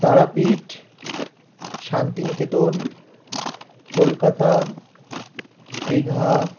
Tarapith Santiniketan Kolkata Digha